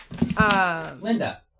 Linda